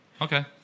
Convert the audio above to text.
Okay